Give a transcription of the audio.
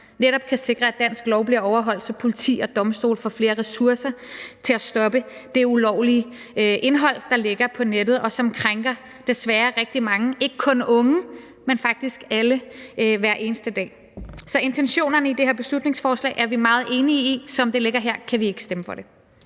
netop kan sikre, at dansk lov bliver overholdt – så politi og domstole får flere ressourcer til at stoppe det ulovlige indhold, der ligger på nettet, og som krænker, desværre, rigtig mange, ikke kun unge, men faktisk alle hver eneste dag. Så intentionerne i det her beslutningsforslag er vi meget enige i, men som det ligger her, kan vi ikke stemme for det.